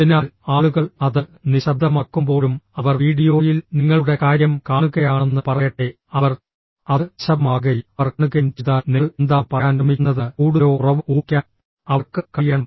അതിനാൽ ആളുകൾ അത് നിശബ്ദമാക്കുമ്പോഴും അവർ വീഡിയോയിൽ നിങ്ങളുടെ കാര്യം കാണുകയാണെന്ന് പറയട്ടെ അവർ അത് നിശബ്ദമാക്കുകയും അവർ കാണുകയും ചെയ്താൽ നിങ്ങൾ എന്താണ് പറയാൻ ശ്രമിക്കുന്നതെന്ന് കൂടുതലോ കുറവോ ഊഹിക്കാൻ അവർക്ക് കഴിയണം